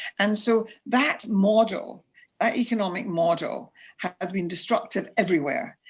and so that model, that economic model has been destructive everywhere.